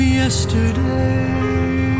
yesterday